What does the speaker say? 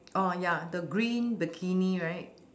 oh ya the green bikini right